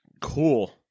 Cool